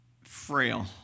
frail